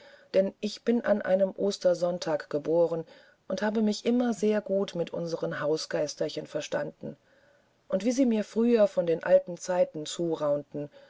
denn ich bin an einem ostersonntag geboren und habe mich immer sehr gut mit unseren hausgeisterchen gestanden und wie sie mir früher von den alten zeiten